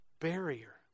barrier